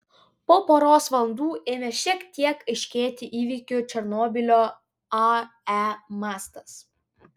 po poros valandų ėmė šiek tiek aiškėti įvykių černobylio ae mastas